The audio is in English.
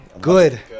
Good